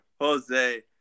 Jose